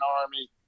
Army